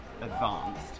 advanced